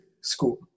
school